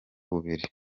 bubiri